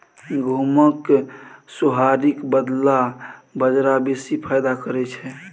गहुमक सोहारीक बदला बजरा बेसी फायदा करय छै